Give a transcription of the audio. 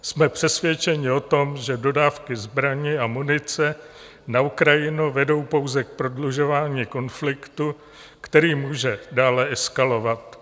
Jsme přesvědčeni o tom, že dodávky zbraní a munice na Ukrajinu vedou pouze k prodlužování konfliktu, který může dále eskalovat.